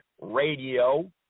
radio